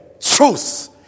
truth